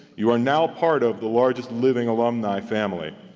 you are now part of the largest living alumni family,